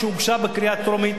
כשהוגשה לקריאה הטרומית,